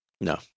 No